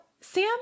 Sam